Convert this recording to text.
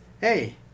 hey